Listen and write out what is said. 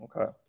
Okay